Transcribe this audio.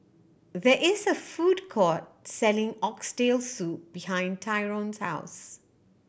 there is a food court selling Oxtail Soup behind Tyron's house